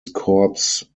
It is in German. corps